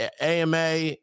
AMA